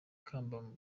ikamba